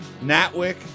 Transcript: Natwick